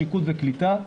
שיכון וקליטה,